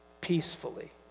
peacefully